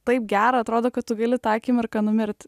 taip gera atrodo kad tu gali tą akimirką numirti